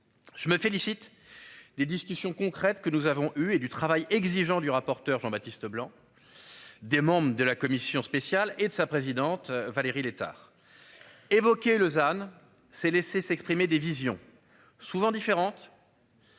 Je me félicite. Des discussions concrètes que nous avons eu et du travail exigeant du rapporteur Jean-Baptiste Leblanc. Des membres de la commission spéciale et de sa présidente, Valérie Létard. Lausanne c'est laisser s'exprimer des visions souvent différente.